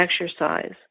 exercise